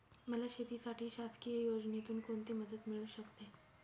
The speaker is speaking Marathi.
मला शेतीसाठी शासकीय योजनेतून कोणतीमदत मिळू शकते?